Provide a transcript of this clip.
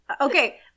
Okay